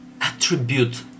attribute